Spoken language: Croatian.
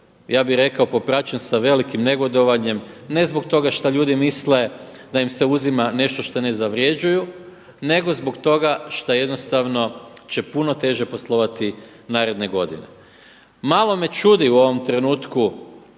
ja bih rekao popraćen sa velikim negodovanjem ne zbog toga šta ljudi misle da im se uzima nešto što ne zavređuju, nego zbog toga šta jednostavno će puno teže poslovati naredne godine. Malo me čudi u ovom trenutku